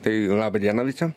tai labą dieną visiem